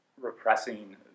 repressing